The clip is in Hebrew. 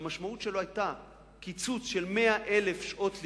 שהמשמעות שלו היתה קיצוץ של 100,000 שעות לימוד,